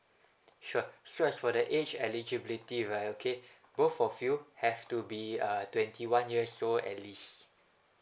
sure so as for the age eligibility right okay both of you have to be uh twenty one years old at least